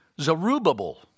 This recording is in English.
Zerubbabel